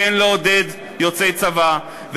כן לעודד יוצאי צבא,